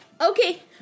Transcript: Okay